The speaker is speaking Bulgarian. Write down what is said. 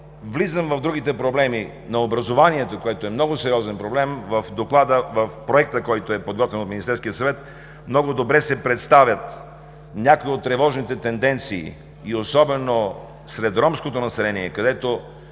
влизам в другите проблеми на образованието, което е много сериозен проблем в подготвения от Министерския съвет Проект, много добре се представят някои от тревожните тенденции и особено сред ромското население, където